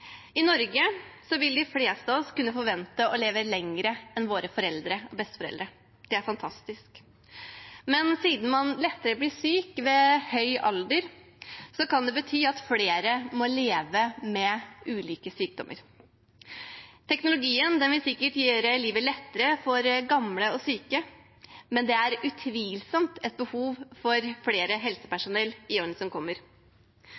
I Norge vil de fleste av oss kunne forvente å leve lenger enn våre foreldre og besteforeldre. Det er fantastisk. Men siden man lettere blir syk ved høy alder, kan det bety at flere må leve med ulike sykdommer. Teknologien vil sikkert gjøre livet lettere for gamle og syke, men det er utvilsomt et behov for mer helsepersonell i årene som kommer.